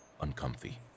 Uncomfy